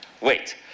Wait